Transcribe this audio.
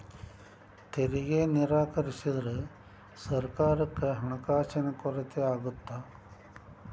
ತೆರಿಗೆ ನಿರಾಕರಿಸಿದ್ರ ಸರ್ಕಾರಕ್ಕ ಹಣಕಾಸಿನ ಕೊರತೆ ಆಗತ್ತಾ